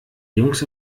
jungs